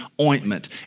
ointment